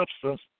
substance